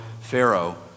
Pharaoh